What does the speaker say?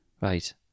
Right